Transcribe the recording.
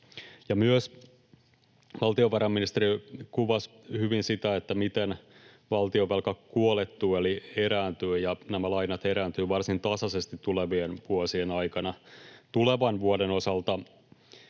Valtiovarainministeriö myös kuvasi hyvin sitä, miten valtionvelka kuolettuu eli erääntyy, ja nämä lainat erääntyvät varsin tasaisesti tulevien vuosien aikana. Tulevan vuoden osalta